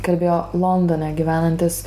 kalbėjo londone gyvenantis